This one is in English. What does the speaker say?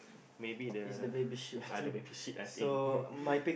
maybe the are the baby sheep I think